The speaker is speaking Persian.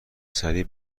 سریع